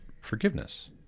forgiveness